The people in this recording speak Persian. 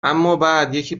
امابعدیکی